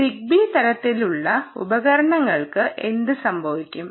Zigbee തരത്തിലുള്ള ഉപകരണങ്ങൾക്ക് എന്ത് സംഭവിക്കും